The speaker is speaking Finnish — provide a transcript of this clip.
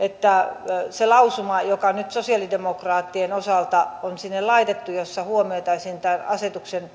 että siihen lausumaan joka nyt sosialidemokraattien osalta on sinne laitettu ja jossa huomioitaisiin tämän asetuksen